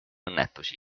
õnnetusi